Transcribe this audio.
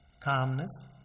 Calmness